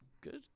good